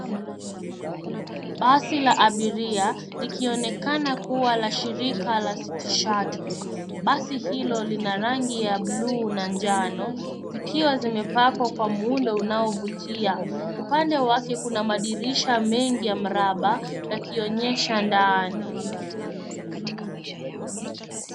Basi la abiria likionekana kuwa la shirika la City Shuttle, basi hilo lina rangi ya bluu na njano zikiwa zimepakwa kwa muundo unao vutia. Upande wake kuna madirisha mengi ya mraba yakionyesha ndani.